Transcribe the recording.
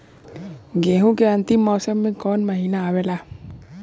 गेहूँ के अंतिम मौसम में कऊन महिना आवेला?